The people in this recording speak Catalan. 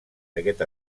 aquest